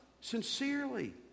sincerely